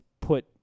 put